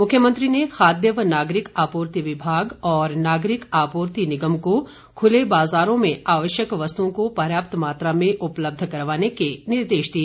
मुख्यमंत्री ने खाद्य व नागरिक आपूर्ति विभाग और नागरिक आपूर्ति निगम को खुले बाज़ारों में आवश्यक वस्तुओं को पर्याप्त मात्रा में उपलब्ध करवाने के निर्देश दिए